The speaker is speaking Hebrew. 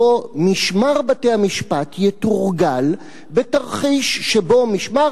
שמשמר בתי-המשפט יתורגל בתרחיש שבו משמר